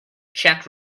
czech